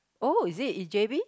oh is it in j_b